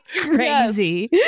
crazy